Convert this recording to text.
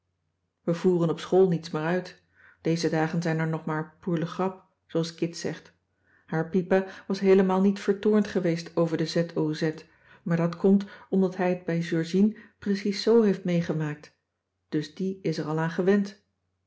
we voeren op school niets meer uit deze dagen zijn er nog maar pour le grap zooals kit zegt haar pipa was heelemaal niet vertoornd geweest over de z o z maar dat komt omdat hij het bij georgien precies zoo heeft meegemaakt dus die is er al aan gewend